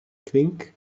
clink